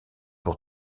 pour